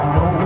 no